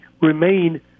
remain